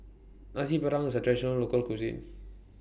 Nasi Padang IS A Traditional Local Cuisine